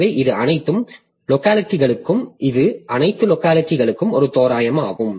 எனவே இது அனைத்து லோக்காலிட்டிகளுக்கும் ஒரு தோராயமாகும்